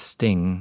Sting